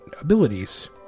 abilities